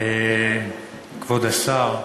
תודה רבה, כבוד השר,